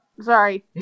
Sorry